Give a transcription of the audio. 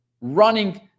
running